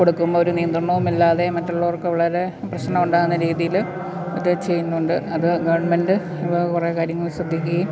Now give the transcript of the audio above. കൊടുക്കുമ്പോൾ ഒരു നിയത്രണവുമില്ലാതെ മറ്റുള്ളവർക്ക് വളരെ പ്രശ്നം ഉണ്ടാകുന്ന രീതിയിൽ ഒക്കെ ചെയ്യുന്നുണ്ട് അത് ഗവൺമെൻറ്റ് കുറേ കാര്യങ്ങൾ ശ്രദ്ധിക്കുകയും